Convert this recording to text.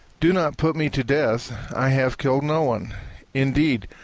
do not put me to death i have killed no one indeed,